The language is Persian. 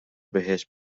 بهشت